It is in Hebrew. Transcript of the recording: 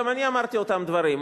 גם אני אמרתי אותם דברים,